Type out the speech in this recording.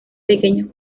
pequeños